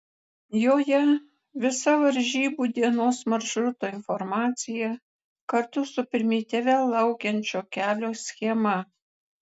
joje visa varžybų dienos maršruto informacija kartu su primityvia laukiančio kelio schema